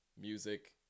music